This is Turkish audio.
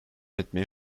etmeye